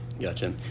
Gotcha